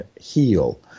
heal